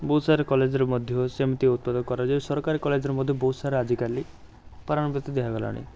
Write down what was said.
ବହୁତସାରା କଲେଜ୍ରେ ମଧ୍ୟ ସେମିତି ଉତ୍ପାଦ କରାଯାଏ ସରକାରୀ କଲେଜରେ ମଧ୍ୟ ବହୁତସାରା ଆଜିକାଲି ଦିଆଗଲାଣି